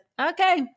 okay